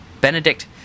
Benedict